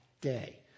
day